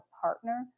partner